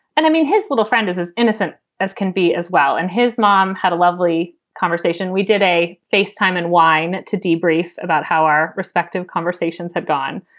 and i mean, his little friend is as innocent as can be as well. and his mom had a lovely conversation. we did a face time and wine to debrief about how our respective conversations had gone.